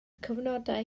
cyfnodau